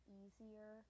easier